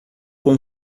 com